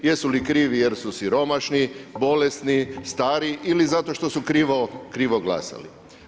Jesu li krivi jer su siromašni, bolesni, stari ili zato što su krivo glasali.